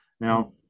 Now